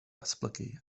datblygu